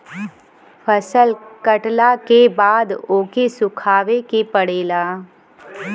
फसल कटला के बाद ओके सुखावे के पड़ेला